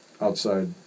outside